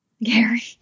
Gary